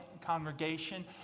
congregation